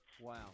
Wow